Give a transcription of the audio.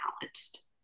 balanced